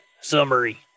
summary